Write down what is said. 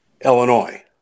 Illinois